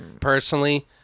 Personally